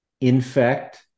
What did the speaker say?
infect